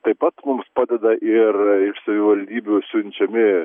taip pat mums padeda ir iš savivaldybių siunčiami